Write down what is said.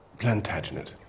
Plantagenet